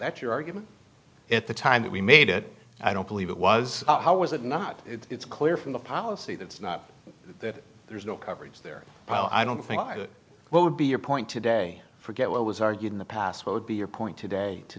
that your argument at the time that we made it i don't believe it was how was it not it's clear from the policy that's not that there's no coverage there i don't think it would be your point today forget what was argued in the past what would be your point today to